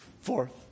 Fourth